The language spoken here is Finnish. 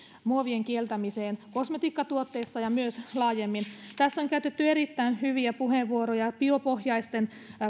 kieltämiseen kosmetiikkatuotteissa ja myös laajemmin tässä on käytetty erittäin hyviä puheenvuoroja biopohjaisten